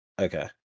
Okay